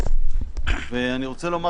לנו,